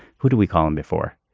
who do we call him before.